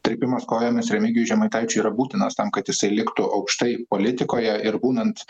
trypimas kojomis remigijui žemaitaičiui yra būtinas tam kad jisai liktų aukštai politikoje ir būnant